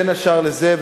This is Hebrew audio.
בין השאר לזה,